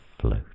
float